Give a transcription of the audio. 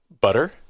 Butter